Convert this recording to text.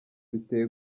biteye